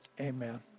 Amen